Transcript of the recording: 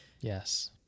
yes